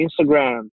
Instagram